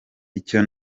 icyo